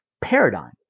paradigm